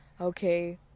okay